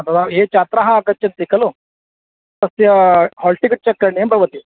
भवान् ये छात्राः आगच्छन्ति खलु तस्य आल् टिकट् चक् करणीयं भवति